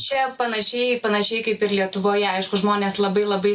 čia panašiai panašiai kaip ir lietuvoje aišku žmonės labai labai